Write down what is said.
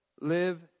live